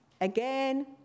Again